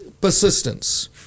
persistence